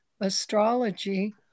astrology